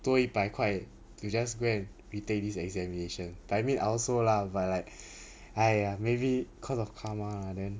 多一百块 to just go and retake this examination but I mean I also lah but like !aiya! maybe because of karma lah then